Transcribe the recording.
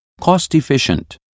cost-efficient